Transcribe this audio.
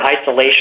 isolation